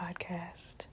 podcast